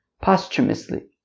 posthumously